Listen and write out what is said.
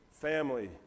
family